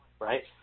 right